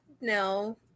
No